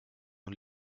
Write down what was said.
und